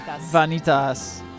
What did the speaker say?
Vanitas